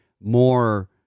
more